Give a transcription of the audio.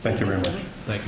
thank you very much like